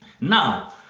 now